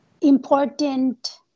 important